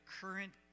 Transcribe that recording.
current